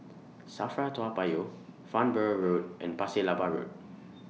SAFRA Toa Payoh Farnborough Road and Pasir Laba Road